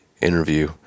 interview